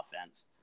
offense